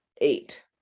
eight